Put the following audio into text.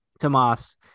Tomas